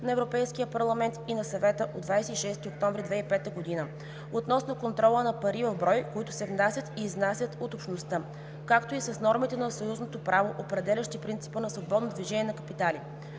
на Европейския парламент и на Съвета от 26 октомври 2005 г. относно контрола на пари в брой, които се внасят и изнасят от Общността, както и с нормите на съюзното право, определящи принципа на „свободно движение на капитали“.